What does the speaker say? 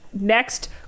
next